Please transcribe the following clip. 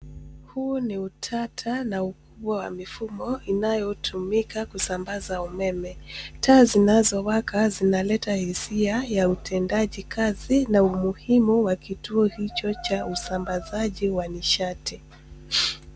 Huu ni utata na ukuo wa mifumo inayotumika kusambaza umeme. Taa zinazowaka zinaleta hisia ya utendaji kazi na umuhimu wa kituo hicho cha usambazaji wa nishati.